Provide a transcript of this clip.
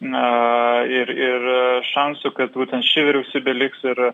na ir ir šansų kad būtent ši vyriausybė liks ir